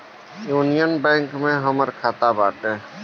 union Bank में हमार खाता बाटे